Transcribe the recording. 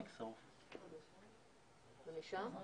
צוהריים טובים